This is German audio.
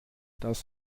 das